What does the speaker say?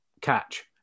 catch